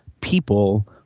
people